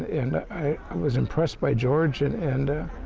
and i was impressed by george. and and